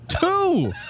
Two